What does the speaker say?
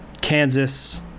Kansas